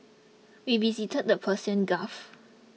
we visited the Persian Gulf